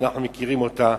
שאנחנו מכירים אותה,